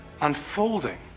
Unfolding